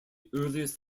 earliest